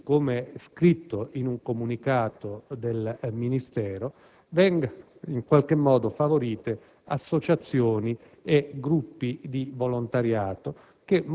così come scritto in un comunicato del Ministero, vengano favorite associazioni e gruppi di volontariato